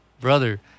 brother